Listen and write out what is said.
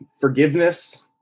forgiveness